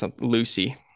Lucy